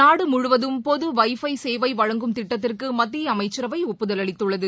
நாடுமுழுவதும் பொது வை எபசேவைழங்கும் திட்டத்திற்குமத்தியஅமச்சரவைடுப்புதல் அளித்துள்ளது